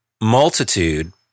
multitude